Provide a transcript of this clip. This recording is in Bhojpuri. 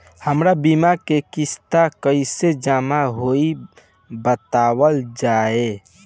हमर बीमा के किस्त कइसे जमा होई बतावल जाओ?